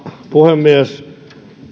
puhemies